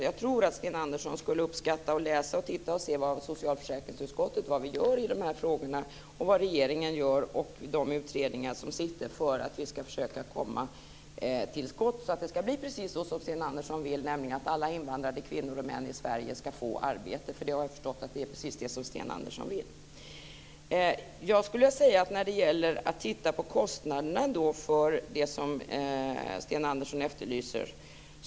Jag tror att Sten Andersson skulle uppskatta att läsa och se efter vad socialförsäkringsutskottet gör i de här frågorna, och också vad regeringen och de utredningar som sitter gör, för att försöka komma till skott så att det ska bli precis så som Sten Andersson vill, nämligen att alla invandrade kvinnor och män i Sverige ska få arbete. Jag har förstått att det är precis det som Sten Andersson vill. Jag skulle vilja säga något om att titta på kostnaderna för det här som Sten Andersson efterlyser.